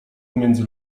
pomiędzy